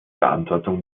verantwortung